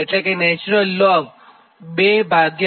એટલે કે 2π8